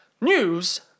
News